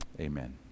Amen